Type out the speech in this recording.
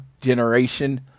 generation